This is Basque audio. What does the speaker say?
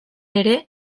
ere